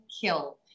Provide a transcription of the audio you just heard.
kill